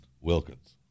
Wilkins